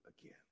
again